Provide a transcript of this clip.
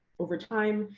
over time,